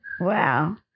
Wow